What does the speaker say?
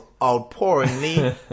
outpouringly